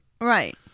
Right